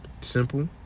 Simple